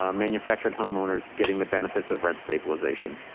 ah manufactured homeowners getting the benefits of rent stabilization,